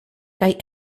kaj